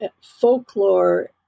folklore